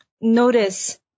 notice